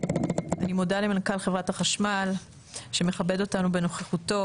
אני מודה למנכ"ל חברת החשמל שמכבד אותנו בנוכחותו.